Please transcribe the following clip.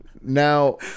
Now